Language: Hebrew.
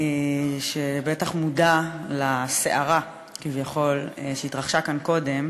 שבטח מודע לסערה, כביכול, שהתרחשה כאן קודם.